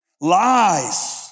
Lies